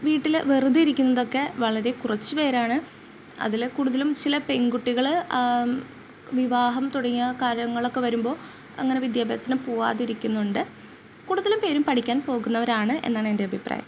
വീട്ടിൽ വെറുതെയിരിക്കുന്നതൊക്കെ വളരെ കുറച്ച് പേരാണ് അതിൽ കൂടുതലും ചില പെൺകുട്ടികൾ വിവാഹം തുടങ്ങിയ കാര്യങ്ങളൊക്കെ വരുമ്പോൾ അങ്ങനെ വിദ്യാഭ്യാസത്തിന് പോകാതിരിക്കുന്നുണ്ട് കൂടുതൽപേരും പഠിക്കാൻ പോകുന്നവരാണ് എന്നാണ് എൻ്റെ അഭിപ്രായം